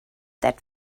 that